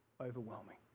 overwhelming